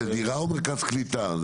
זו דירה או מרכז קליטה?